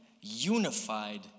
unified